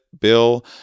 bill